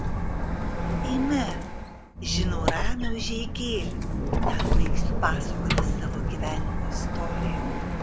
eime žinau ramią užeigėlę ten baigsiu pasakoti savo gyvenimo istoriją